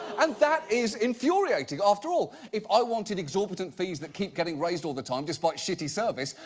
and that is infuriating. after all, if i wanted exorbitant fees that keep getting raised all the time despite shitty service,